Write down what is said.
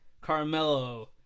Carmelo